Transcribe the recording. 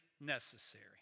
necessary